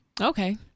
okay